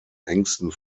engsten